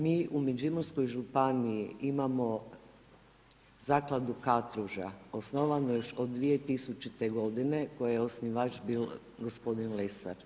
Mi u Međimurskoj županiji imamo Zakladu Katruža osnovanu još 2000. godine, koja je osnivač bio gospodin Lesar.